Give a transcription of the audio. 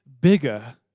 bigger